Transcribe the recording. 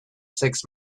six